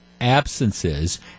absences